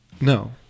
No